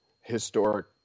historic